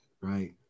right